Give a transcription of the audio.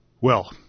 Well